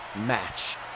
match